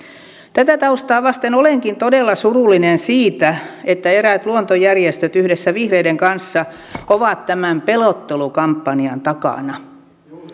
tätä taustaa vasten olenkin todella surullinen siitä että eräät luontojärjestöt yhdessä vihreiden kanssa ovat tämän pelottelukampanjan takana